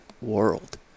world